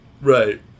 right